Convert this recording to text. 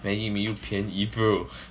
maggi mee 又便宜 bro